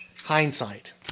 hindsight